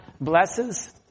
blesses